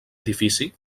edifici